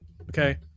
Okay